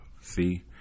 See